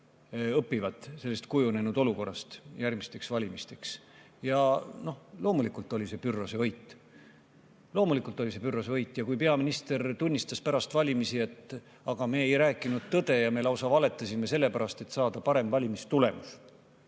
õpivad sellest kujunenud olukorrast järgmisteks valimisteks. Loomulikult oli see Pyrrhose võit. Loomulikult oli see Pyrrhose võit. Ja peaminister tunnistas pärast valimisi, et nad ei rääkinud tõtt ja lausa valetasid selle pärast, et saada parem valimistulemus.